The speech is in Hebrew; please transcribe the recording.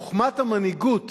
חוכמת המנהיגות